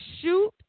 shoot